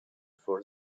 for